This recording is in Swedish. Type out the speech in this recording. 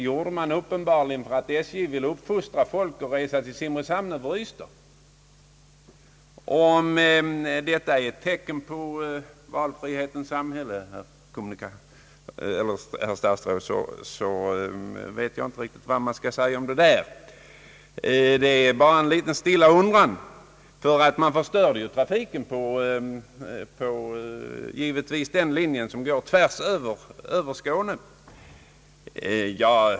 Jo, uppenbarligen för att SJ vill fostra folk att resa till Simrishamn över Ystad! Om detta är ett tecken på valfrihetens sam hälle, herr statsråd, vet jag inte riktigt vad jag skall säga. Man förstörde trafiken på den linje som går tvärs över Skåne.